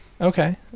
Okay